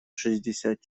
шестьдесят